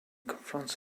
confronts